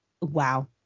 Wow